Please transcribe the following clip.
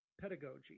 pedagogy